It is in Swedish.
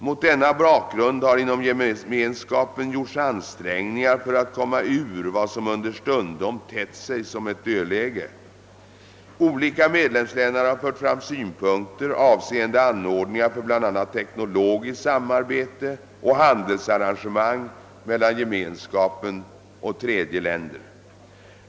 Mot denna bakgrund har inom Gemenskapen gjorts ansträngningar för att komma ur vad som understundom tett sig som ett dödläge. Olika medlemsländer har fört fram synpunkter avseende anordningar för bl.a. teknologiskt samarbete och handelsarrangemang mellan Gemenskapen och tredje länder.